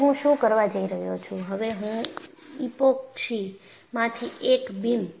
આ એક સરળ ગણતરી છે જે તમારી સમજણની એક્સ્ટ્રાપોલેશનને દર્શાવે છે કે રુપરેખામાં સિગ્મા 1 ઓછા સિગ્મા 2 એ આડી રેખામાં હોવા જોઈએ